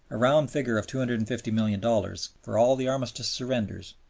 a round figure of two hundred and fifty million dollars, for all the armistice surrenders,